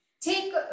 take